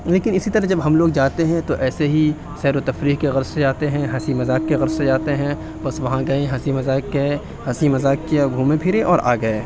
لیکن اِسی طرح جب ہم لوگ جاتے ہیں تو ایسے ہی سیر و تفریح کے غرض سے جاتے ہیں ہنسی مذاق کے غرض سے جاتے ہیں بس وہاں گئے ہنسی مذاق کئے ہنسی مذاق کیا گھومے پھرے اور آ گئے